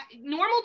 normal